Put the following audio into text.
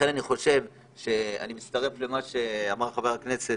אנחנו צריכים להקים צוות מקביל למה שעושה הרשות הפלסטינית.